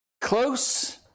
Close